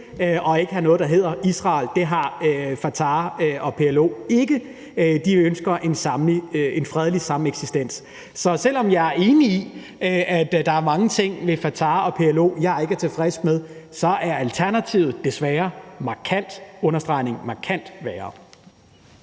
og ikke at have noget, der hedder Israel. Sådan har Fatah og PLO det ikke; de ønsker en fredelig sameksistens. Så selv om jeg er enig i, at der er mange ting ved Fatah og PLO, som jeg ikke er tilfreds med, så er alternativet desværre markant – med understregning af »markant« – værre.